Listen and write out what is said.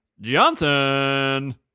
Johnson